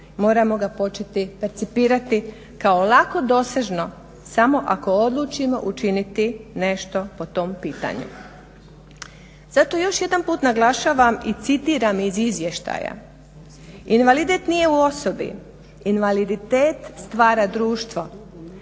moramo ga početi percipirati kao lako dosežno samo ako odlučimo učiniti nešto po tom pitanju. Zato još jedan put naglašavam i citiram iz izvještaja Invaliditet nije u osobi, invaliditet stvara društvo,